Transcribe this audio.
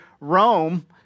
Rome